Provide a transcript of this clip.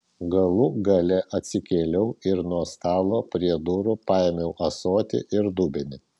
galų gale atsikėliau ir nuo stalo prie durų paėmiau ąsotį ir dubenį